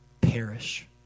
perish